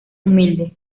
humilde